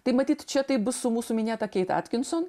tai matyt čia taip bus su mūsų minėta keit atkinson